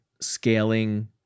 scaling